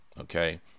Okay